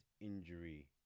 injury